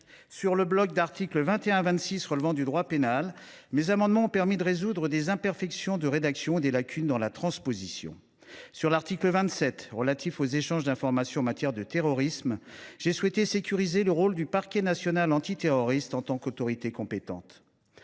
sur le bloc d’article 21 à 26 ont permis de résoudre des imperfections de rédaction et des lacunes dans la transposition. À l’article 27, relatif aux échanges d’informations en matière de terrorisme, j’ai souhaité sécuriser le rôle du parquet national antiterroriste en tant qu’autorité compétente.